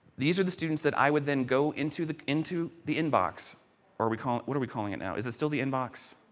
these are the students that i would then go into the into the inbox or we call, what are we calling it now? is it still the inbox?